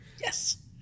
Yes